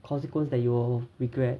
consequence that you regret